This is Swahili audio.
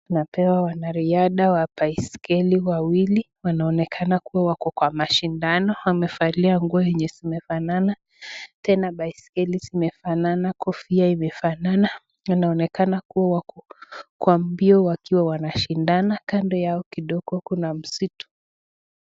Tumepewa wanariadha wa baiskeli wawili, wanaonekana kuwa kwenye mashindano, wamevalia nguo zenye zinafanana, tena baiskeli imefanana, kofia imefanana. Inaonekana kuwa wako kwa mbio wakiwa wanashindana, kando yao kidogo kuna msitu.